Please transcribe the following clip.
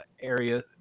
area